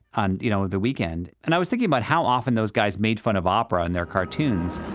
on, you know, the weekend, and i was thinking about how often those guys made fun of opera in their cartoons